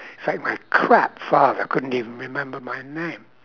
like my crap father couldn't even remember my name